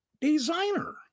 designer